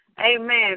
Amen